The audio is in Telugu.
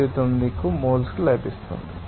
992 మోల్స్ మీకు ఇస్తుంది